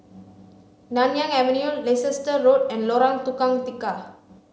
Nanyang Avenue Leicester Road and Lorong Tukang Tiga